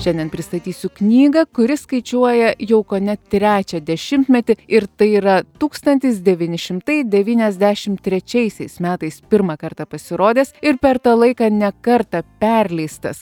šiandien pristatysiu knygą kuri skaičiuoja jau kone trečią dešimtmetį ir tai yra tūkstantis devyni šimtai devyniasdešim trečiaisiais metais pirmą kartą pasirodęs ir per tą laiką ne kartą perleistas